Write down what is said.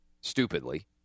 Stupidly